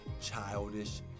childish